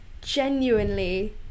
genuinely